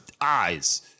eyes